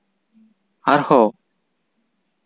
ᱟᱨᱦᱚᱸ